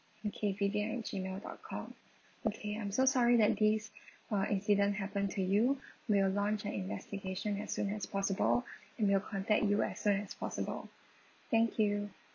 okay vivian at gmail dot com okay I'm so sorry that this uh incident happened to you we will launch an investigation as soon as possible and we'll contact you as soon as possible thank you